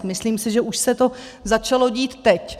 Myslím si, že už se to začalo dít teď.